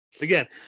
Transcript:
Again